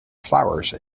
flowers